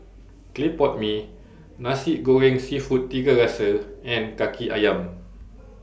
Clay Pot Mee Nasi Goreng Seafood Tiga Rasa and Kaki Ayam